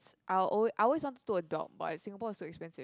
I'll always I always wanted to do adopt but like Singapore is too expensive